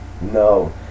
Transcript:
No